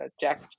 Jack